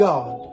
God